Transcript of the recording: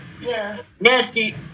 Nancy